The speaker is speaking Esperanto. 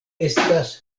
estas